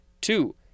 two